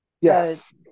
Yes